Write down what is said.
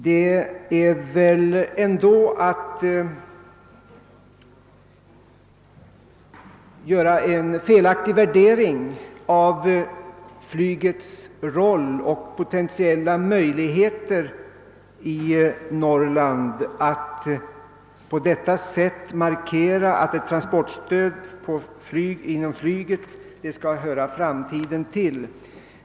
Det innebär väl ändå att man gör en felaktig värdering av flygets roll och potentiella möjligheter i Norrland när man på detta sätt markerar, att ett transportstöd i fråga om flyget skall höra framtiden till.